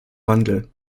wandel